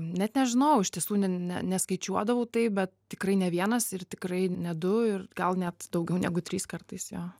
net nežinau iš tiesų ne ne neskaičiuodavau taip bet tikrai ne vienas ir tikrai ne du ir gal net daugiau negu trys kartais jo